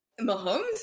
Mahomes